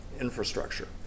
infrastructure